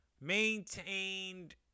Maintained